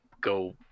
go